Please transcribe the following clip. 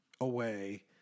away